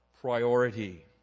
priority